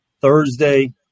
Thursday